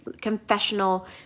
confessional